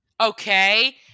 Okay